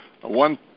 One